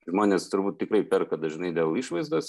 žmonės turbūt tikrai perka dažnai dėl išvaizdos